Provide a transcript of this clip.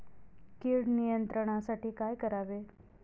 कीड नियंत्रणासाठी काय करावे?